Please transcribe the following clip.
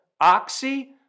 Oxy